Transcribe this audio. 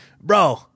bro